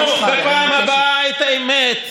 תגידו בפעם הבאה את האמת.